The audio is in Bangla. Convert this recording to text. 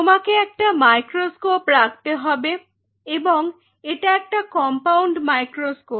তোমাকে একটা মাইক্রোস্কোপ রাখতে হবে এবং এটা একটা কম্পাউন্ড মাইক্রোস্কোপ